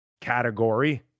category